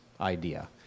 idea